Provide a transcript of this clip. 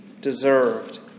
deserved